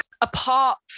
Apart